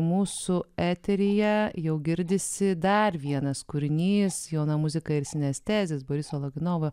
mūsų eteryje jau girdisi dar vienas kūrinys jauna muzika ir sinestezis boriso loginovo